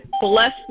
bless